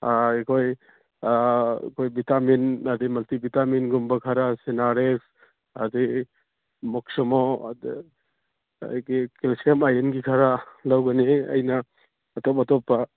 ꯑꯩꯈꯣꯏ ꯑꯩꯈꯣꯏ ꯕꯤꯇꯥꯃꯤꯟ ꯍꯥꯏꯗꯤ ꯃꯜꯇꯤ ꯕꯤꯇꯥꯃꯤꯟꯒꯨꯝꯕ ꯈꯔ ꯁꯤꯅꯥꯔꯦꯁ ꯑꯗꯨꯗꯩ ꯑꯗꯒꯤ ꯀꯦꯜꯁꯤꯌꯝ ꯑꯥꯏꯔꯟꯒꯤ ꯈꯔ ꯂꯧꯒꯅꯤ ꯑꯩꯅ ꯑꯇꯣꯄ ꯑꯇꯣꯞꯄ